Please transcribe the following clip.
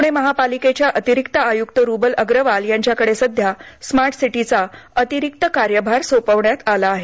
पुणे महापालिकेच्या अतिरिक्त आयुक्त रुबल अग्रवाल यांच्याकडे सध्या स्मार्ट सिटी चा अतिरिक्त कार्यभार सोपविण्यात आला आहे